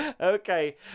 Okay